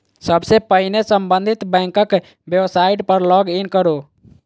सबसं पहिने संबंधित बैंकक वेबसाइट पर लॉग इन करू